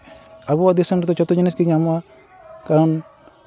ᱟᱵᱚᱣᱟᱜ ᱫᱤᱥᱚᱢ ᱨᱮᱫᱚ ᱡᱚᱛᱚ ᱡᱤᱱᱤᱥ ᱜᱮ ᱧᱟᱢᱚᱜᱼ ᱠᱟᱨᱚᱱ